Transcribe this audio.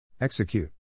Execute